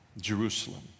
Jerusalem